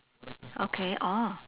okay oh